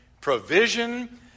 provision